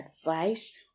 advice